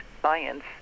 science